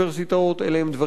אלה דברים מדאיגים.